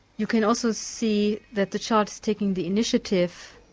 you can also see that the child is taking the initiative.